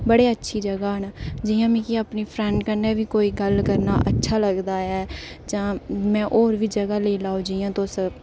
बड़ी अच्छी जगह न जि'यां मिगी अपनी फ्रैंड कन्नै बी कोई गल्ल करना अच्छा लगदा ऐ में होर बी जगह लेई लैओ जि'यां तुस